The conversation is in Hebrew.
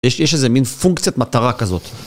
יש לזה מין פונקציית מטרה כזאת.